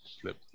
slip